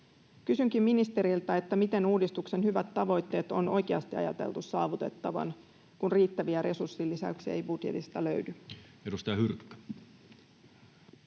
Kysynkin ministeriltä: miten uudistuksen hyvät tavoitteet on oikeasti ajateltu saavutettavan, kun riittäviä resurssilisäyksiä ei budjetista löydy? Edustaja Hyrkkö.